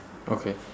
okay